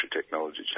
technology